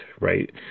right